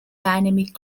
dynamic